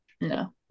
No